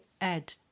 add